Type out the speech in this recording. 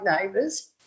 neighbours